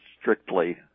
strictly